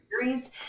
Series